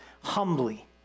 humbly